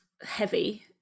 heavy